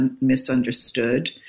misunderstood